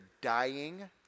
dying